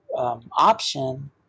Option